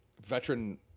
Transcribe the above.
veteran